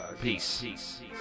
Peace